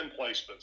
placements